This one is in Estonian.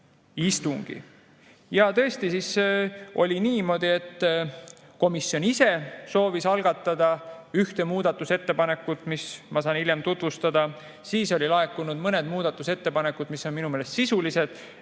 istungi. Ja siis oli niimoodi, et komisjon ise soovis [esitada] ühe muudatusettepaneku, mida ma saan hiljem tutvustada, veel olid laekunud mõned muudatusettepanekud, mis on minu meelest sisulised,